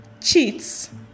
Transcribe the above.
cheats